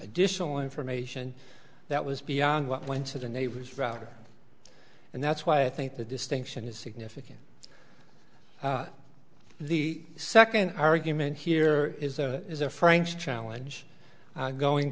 additional information that was beyond what went to the neighbor's router and that's why i think the distinction is significant the second argument here is a frank challenge going